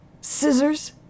Scissors